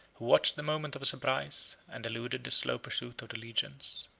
who watched the moment of surprise, and eluded the slow pursuit of the legions.